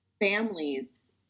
families